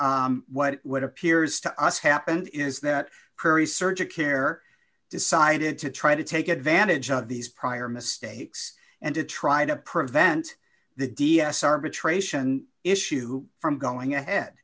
what what what appears to us happened is that perry search of care decided to try to take advantage of these prior mistakes and to try to prevent the d a s arbitration issue from going ahead